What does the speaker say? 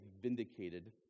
vindicated